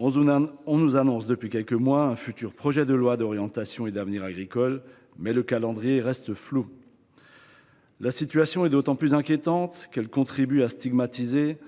On nous annonce depuis quelques mois un projet de loi d’orientation et d’avenir agricoles, mais le calendrier reste flou. La situation est d’autant plus inquiétante qu’elle contribue à stigmatiser